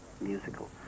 Musical